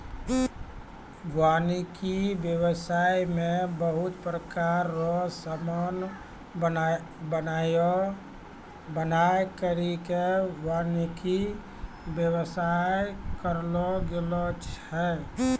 वानिकी व्याबसाय मे बहुत प्रकार रो समान बनाय करि के वानिकी व्याबसाय करलो गेलो छै